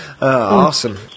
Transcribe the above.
Awesome